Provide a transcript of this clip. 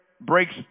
breaks